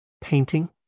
painting